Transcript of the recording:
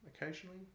occasionally